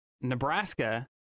Nebraska